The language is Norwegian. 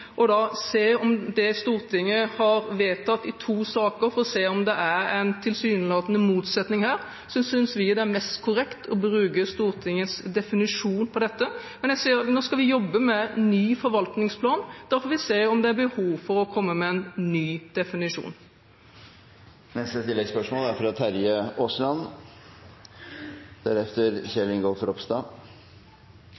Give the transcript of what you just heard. se om det er en tilsynelatende motsetning i det Stortinget har vedtatt i to saker, synes vi det er mest korrekt å bruke Stortingets definisjon på dette. Men nå skal vi jobbe med en ny forvaltningsplan. Da får vi se om det er behov for å komme med en ny definisjon. Terje Aasland – til oppfølgingsspørsmål. Det er